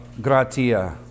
gratia